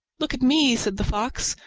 look at me, said the fox.